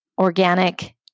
organic